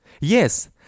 Yes